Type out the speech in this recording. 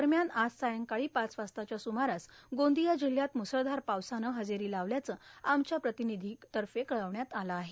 दरम्यान आज सायंकाळी पाच वाजताच्या स्रमारास गोंदिया जिल्ह्यात मुसळधार पावसानं हजेरी लावल्याचं आमच्या प्रतिनिधीनं कळवलं आहे